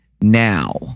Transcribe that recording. now